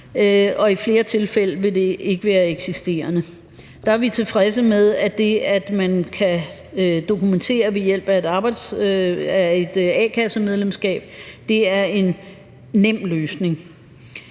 og i flere tilfælde vil den ikke være eksisterende. Der er vi tilfredse med, at man kan dokumentere det ved hjælp af et a-kassemedlemskab. Det er en nem løsning.